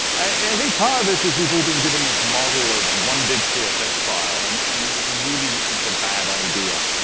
i think part of this is we've all been given this model of one big css file, and and really, it's a bad idea.